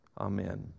Amen